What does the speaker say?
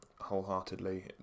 wholeheartedly